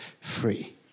free